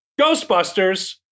Ghostbusters